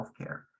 healthcare